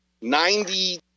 Ninety